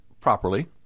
properly